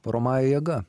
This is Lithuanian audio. varomąja jėga